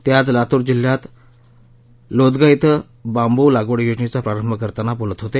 ते आज लातूर जिल्ह्यात लोदगा िक्वें बांबू लागवड योजनेचा प्रारंभ करताना बोलत होते